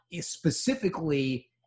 specifically